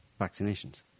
vaccinations